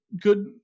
good